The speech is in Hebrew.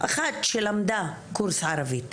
אחת שלמדה קורס ערבית.